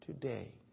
today